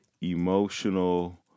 emotional